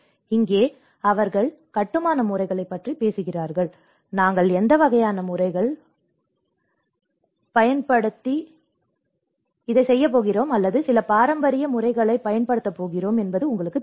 இங்கே அவர்கள் கட்டுமான முறைகள் பற்றி பேசுகிறார்கள் நாங்கள் எந்த வகையான முறைகள் ப்ரீபாப் முறைகள் பயன்படுத்தப் போகிறோம் அல்லது சில பாரம்பரிய முறைகளைப் பயன்படுத்தப் போகிறோம் என்பது உங்களுக்குத் தெரியும்